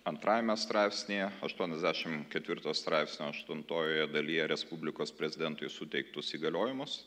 antrajame straipsnyje aštuoniasdešim ketvirto straipsnio aštuntojoje dalyje respublikos prezidentui suteiktus įgaliojimus